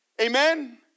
Amen